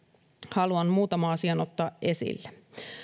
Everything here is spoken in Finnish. haluan muutaman asian ottaa esille